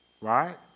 right